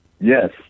yes